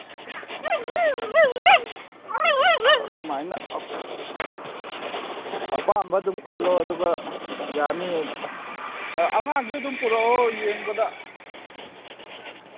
ꯑꯗꯨꯃꯥꯏꯅ ꯑꯄꯥꯝꯕ ꯑꯗꯨꯝ ꯈꯜꯂꯣ ꯑꯗꯨꯒ ꯌꯥꯅꯤ ꯑꯥ ꯑꯉꯥꯡꯁꯨ ꯑꯗꯨꯝ ꯄꯨꯔꯛꯑꯣ ꯌꯦꯡꯕꯗ